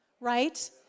right